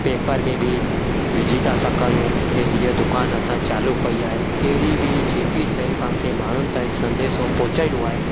paper में बि विझी था सघूं की हीअ दुकान असां चालू कई आहे कहिड़ी बि जेकी शइ तव्हांखे माण्हुनि ताईं संदेशो पहुचाइणो आहे